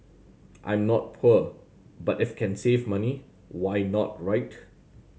I'm not poor but if can save money why not right